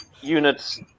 units